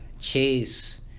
chase